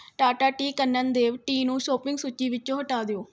Tata tea Kannan Dev tea ਨੂੰ shopping ਸੂਚੀ ਵਿੱਚੋ ਹਟਾ ਦਿਓ